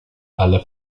alla